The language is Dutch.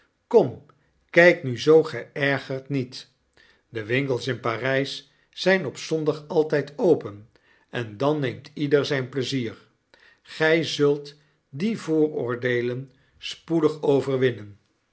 kom kgk nu zoo geergerd niet de winkels in pargs zgn op zondag altijd open en dan neemt ieder zgn pleizier gg zult die vooroordeelen spoedig overwinnen